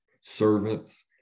servants